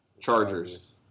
Chargers